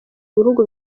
bihugu